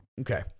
Okay